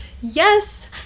yes